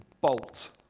bolt